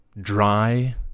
dry